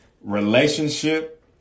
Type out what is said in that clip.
relationship